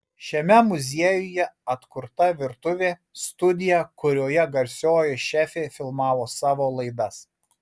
šiame muziejuje atkurta virtuvė studija kurioje garsioji šefė filmavo savo laidas